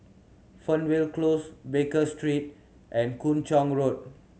Fernvale Close Baker Street and Kung Chong Road